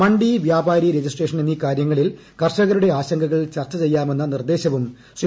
മണ്ഡി വ്യാപാരി രജിസ്ട്രേഷൻ എന്നീ കാര്യങ്ങളിൽ കർഷകരുടെ ആശങ്കകൾ ചർച്ച ചെയ്യാമെന്ന നിർദ്ദേശവും ശ്രീ